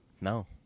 No